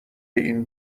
این